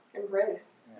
embrace